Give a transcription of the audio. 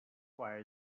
choir